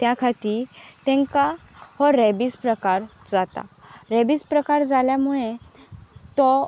त्या खातीर तांकां हो रेबीज प्रकार जाता रेबीज प्रकार जाल्या मुळे तो